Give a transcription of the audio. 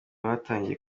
batangiye